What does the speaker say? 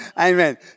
Amen